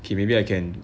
okay maybe I can